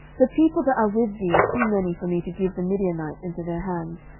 the people that are with thee are too many for me to give the midianites into their hands,